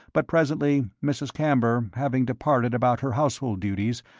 but presently, mrs. camber having departed about her household duties,